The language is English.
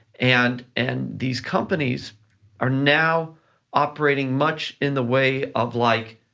and and these companies are now operating much in the way of like,